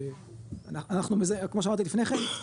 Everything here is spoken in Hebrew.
אנחנו כמו שאמרתי לפני כן,